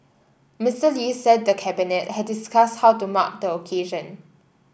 Mister Lee said the Cabinet had discussed how to mark the occasion